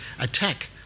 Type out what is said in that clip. attack